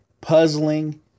puzzling